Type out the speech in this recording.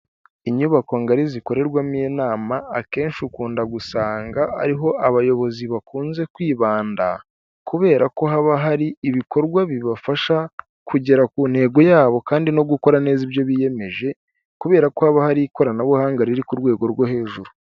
Inyubako ngari zikorerwamo inama akenshi ukunda gusanga ariho abayobozi bakunze kwibanda, kubera ko haba hari ibikorwa bibafasha kugera ku ntego yabo kandi no gukora neza ibyo biyemeje, kubera ko haba hari ikoranabuhanga riri ku rwego rwo hejuru.